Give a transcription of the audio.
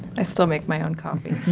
i still make my own coffee.